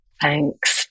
Thanks